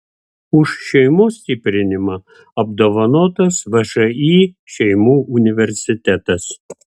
už šeimos stiprinimą apdovanotas všį šeimų universitetas